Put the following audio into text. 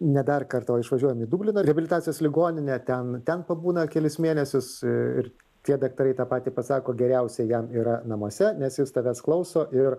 ne dar kartą o išvažiuojam į dublino reabilitacijos ligoninę ten ten pabūna kelis mėnesius ir tie daktarai tą patį pasako geriausia jam yra namuose nes jis tavęs klauso ir